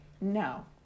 No